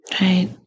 Right